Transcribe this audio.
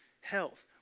Health